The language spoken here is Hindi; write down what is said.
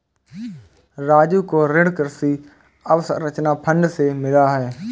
राजू को ऋण कृषि अवसंरचना फंड से मिला है